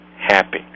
happy